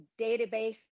database